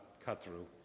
cut-through